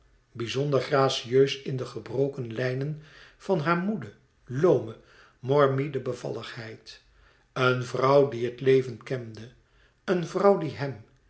bizonder gracieus in de gebroken lijnen van haar moede loome morbide bevalligheid een vrouw die het leven kende een vrouw die hem